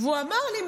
והוא אמר לי,